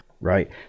right